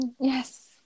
yes